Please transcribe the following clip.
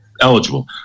eligible